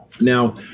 Now